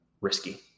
risky